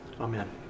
Amen